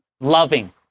Loving